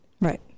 Right